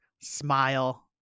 Smile